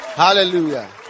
hallelujah